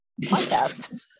podcast